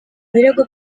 ibirego